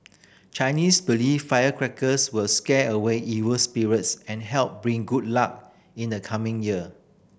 Chinese believe firecrackers will scare away evil spirits and help bring good luck in the coming year